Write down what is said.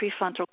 prefrontal